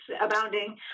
abounding